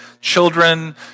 children